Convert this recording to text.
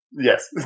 Yes